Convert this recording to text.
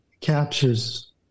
captures